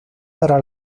para